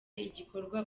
igikorwa